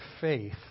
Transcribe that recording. faith